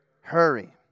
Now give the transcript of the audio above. Hurry